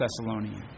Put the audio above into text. Thessalonians